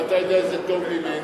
ואתה יודע את זה טוב ממני,